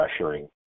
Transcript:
pressuring